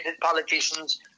politicians